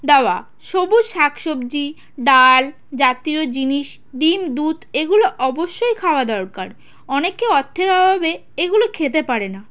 দাওয়া সবুজ শাক সবজি ডাল জাতীয় জিনিস ডিম দুধ এগুলো অবশ্যই খাওয়া দরকার অনেকে অর্থের অভাবে এইগুলো খেতে পারে না